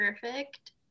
perfect